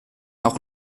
auch